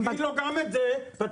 גם --- תגיד לו גם את זה --- אבו,